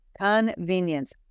convenience